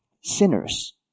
sinners